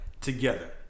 together